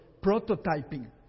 prototyping